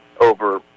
over